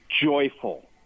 joyful